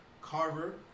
Carver